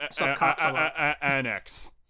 Annex